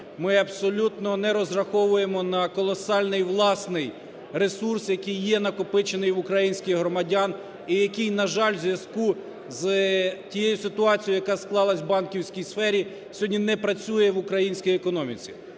ми абсолютно не розраховуємо на колосальний власний ресурс, який є накопичений в українських громадян і який, на жаль, у зв'язку з тією ситуацією, яка склалася в банківській сфері, сьогодні не працює в українській економіці.